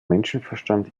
menschenverstand